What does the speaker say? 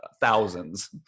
thousands